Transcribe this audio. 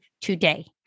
today